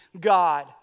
God